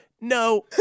no